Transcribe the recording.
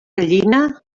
gallina